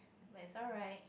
it's alright